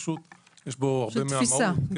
יש פה תפיסה.